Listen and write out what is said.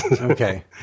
Okay